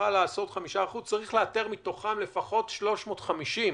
צריך לאתר מתוכם לפחות 350,